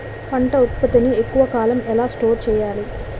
పంట ఉత్పత్తి ని ఎక్కువ కాలం ఎలా స్టోర్ చేయాలి?